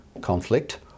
conflict